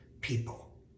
people